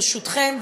ברשותכם,